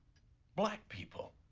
black people,